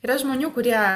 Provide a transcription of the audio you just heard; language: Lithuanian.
yra žmonių kurie